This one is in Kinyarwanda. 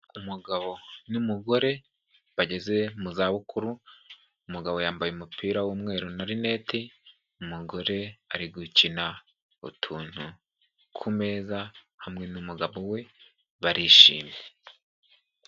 Umugabo n'umugore bageze mu zabukuru, umugabo yambaye umupira w'umweru na linete, umugore ari gukina utuntu ku meza hamwe n'umugabo we barishimye.